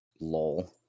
Lol